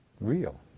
real